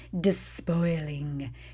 despoiling